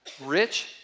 rich